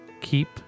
keep